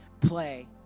play